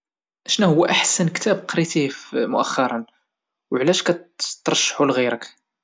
شناهوا احسن كتاب قريتيه فمؤخرا وعلاش كترشحوا لغيرك؟